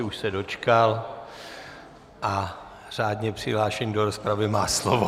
Už se dočkal a řádně přihlášený do rozpravy, má slovo.